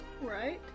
Right